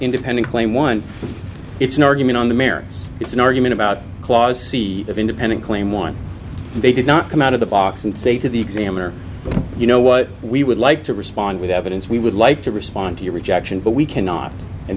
independent claim one it's an argument on the merits it's an argument about clause c of independent claim one they could not come out of the box and say to the examiner you know what we would like to respond with evidence we would like to respond to your rejection but we cannot and